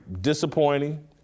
disappointing